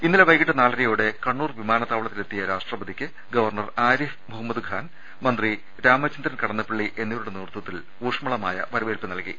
ഇന്നലെ വൈകീട്ട് നാലരയോടെ കണ്ണൂർ വിമാനത്താവളത്തിലെ ത്തിയ രാഷ്ട്രപതിക്ക് ഗവർണർ ആരിഫ് മുഹമ്മദ് ഖാൻ മന്ത്രി രാമ ചന്ദ്രൻ കടന്നപ്പള്ളി എന്നിവരുടെ നേതൃത്വത്തിൽ വരവേൽപ്പ് നൽകി